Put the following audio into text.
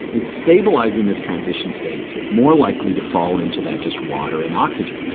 it's stabilizing this transition state so it's more likely to fall into that just water and oxygen.